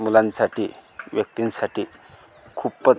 मुलांसाठी व्यक्तींसाठी खूपच